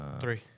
Three